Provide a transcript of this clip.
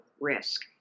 risk